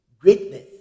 greatness